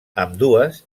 ambdues